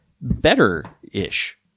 better-ish